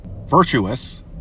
virtuous